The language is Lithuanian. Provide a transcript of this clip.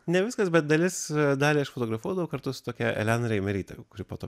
ne viskas bet dalis dalį aš fotografuodavau kartu su tokia elena reimerytė kuri po to